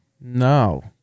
No